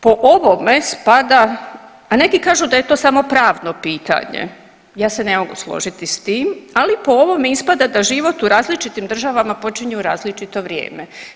Po ovome spada, a neki kažu da je to samo pravno pitanje, ja se ne mogu složiti s tim, ali po ovom ispada da život u različitim državama počinju u različito vrijeme.